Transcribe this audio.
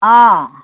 অ'